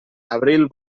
abril